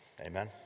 Amen